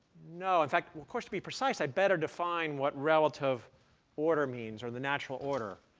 no. of course, to be precise, i better define what relative order means, or the natural order.